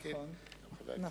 נכון.